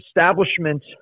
establishment